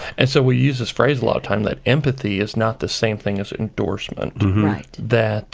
and so we use this phrase a lot of time that empathy is not the same thing as endorsement that